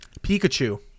Pikachu